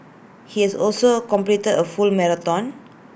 he has also completed A full marathon